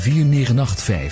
4985